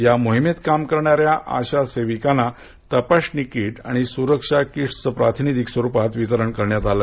या मोहिमेत काम करणाऱ्या आशा सेवीकांना तपासणी किट आणि सुरक्षा किटचे प्रातिनिधीक स्वरुपात वितरण करण्यात आल